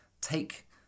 take